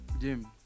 Jim